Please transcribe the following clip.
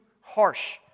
harsh